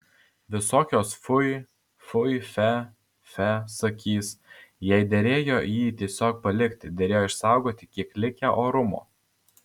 visokios fui fui fe fe sakys jai derėjo jį tiesiog palikti derėjo išsaugoti kiek likę orumo